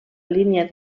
línia